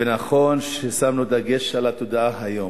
ונכון ששמנו דגש על התודעה היום,